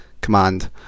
command